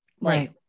Right